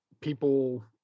people